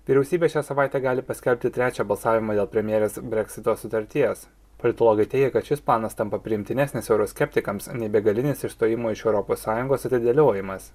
vyriausybė šią savaitę gali paskelbti trečią balsavimą dėl premjerės breksito sutarties politologai teigia kad šis planas tampa priimtinesnis euroskeptikams nei begalinis išstojimo iš europos sąjungos atidėliojimas